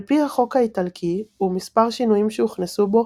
על פי החוק האיטלקי ומספר שינויים שהוכנסו בו